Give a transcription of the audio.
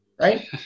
right